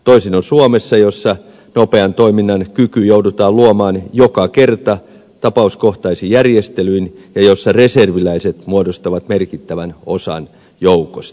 toisin on suomessa jossa nopean toiminnan kyky joudutaan luomaan joka kerta tapauskohtaisin järjestelyin ja jossa reserviläiset muodostavat merkittävän osan joukosta